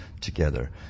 together